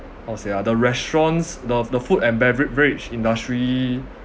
how to say ah the restaurants the f~ the food and bevera~ rage industry